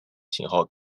型号